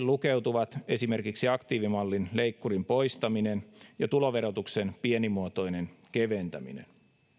lukeutuvat esimerkiksi aktiivimallin leikkurin poistaminen ja tuloverotuksen pienimuotoinen keventäminen